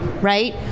right